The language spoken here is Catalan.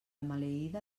maleïda